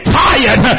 tired